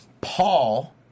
Paul